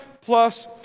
plus